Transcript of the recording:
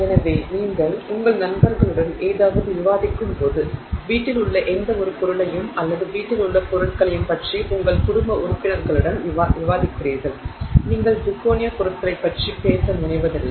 எனவே நீங்கள் உங்கள் நண்பர்களுடன் ஏதாவது விவாதிக்கும்போது வீட்டிலுள்ள எந்தவொரு பொருளையும் அல்லது வீட்டிலுள்ள பொருட்களையும் பற்றி உங்கள் குடும்ப உறுப்பினர்களுடன் விவாதிக்கிறீர்கள் நீங்கள் சிர்கோனியா பொருட்களைப் பற்றி பேச முனைவதில்லை